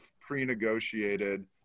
pre-negotiated